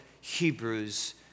Hebrews